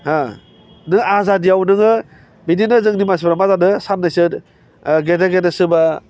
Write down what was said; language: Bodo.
नों आजादिआव नोङो बिदिनो जोंनि मानसिफ्रा मा जादों साननैसो गेदेर गेदेर सोरबा